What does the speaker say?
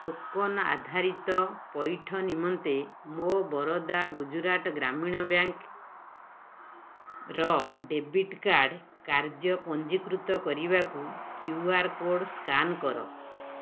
token ଆଧାରିତ ପଇଠ ନିମନ୍ତେ ମୋ ବରୋଦା ଗୁଜୁରାଟ ଗ୍ରାମୀଣ ବ୍ୟାଙ୍କ୍ ର ଡେବିଟ୍ କାର୍ଡ଼୍ କାର୍ଯ୍ୟ ପଞ୍ଜୀକୃତ କରିବାକୁ କ୍ୟୁଆର୍ କୋଡ଼୍ ସ୍କାନ୍ କର